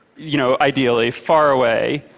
you know ideally, far away,